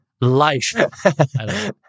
life